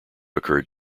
occurred